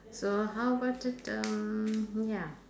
so how about it um ya